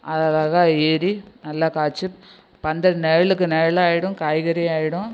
அது அழகாக ஏறி நல்லா காய்ச்சு பந்தல் நிழலுக்கு நிழலும் ஆயிடும் காய்கறியும் ஆயிடும்